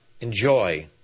enjoy